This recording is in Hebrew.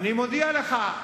אני מודיע לך.